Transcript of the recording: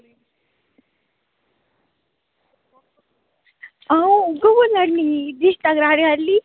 आं उऐ बोल्ला नी रिश्ता कराने आह्ली